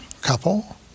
couple